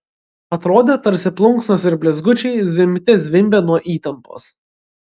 atrodė tarsi plunksnos ir blizgučiai zvimbte zvimbia nuo įtampos